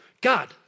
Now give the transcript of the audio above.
God